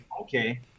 Okay